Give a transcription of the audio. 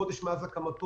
חודש מאז הקמתו,